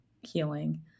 healing